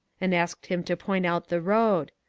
and asked him to point out the road.